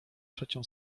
trzecią